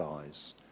eyes